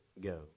go